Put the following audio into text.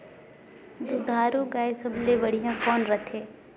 दुधारू गाय सबले बढ़िया कौन रथे?